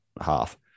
half